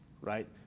right